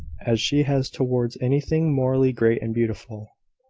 as she has towards everything morally great and beautiful.